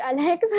Alex